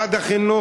משרד החינוך,